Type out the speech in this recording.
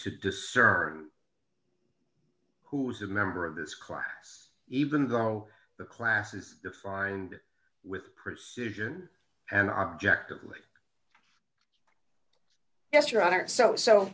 to discern who's a member of this class even though the class is defined with precision and objectively yes your honor so so